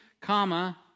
comma